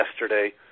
yesterday